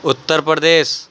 Uttar Pradesh